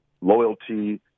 loyalty